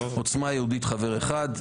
עוצמה יהודית חבר אחד,